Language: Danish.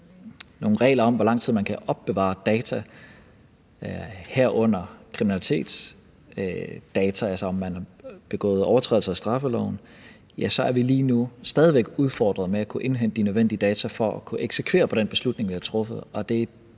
nogle regler om, hvor lang tid man kan opbevare data, herunder kriminalitetsdata, altså om der er begået overtrædelser af straffeloven, så er vi lige nu stadig væk udfordret i forhold til at kunne indhente de nødvendige data for at kunne eksekvere på den beslutning, vi har truffet. Og det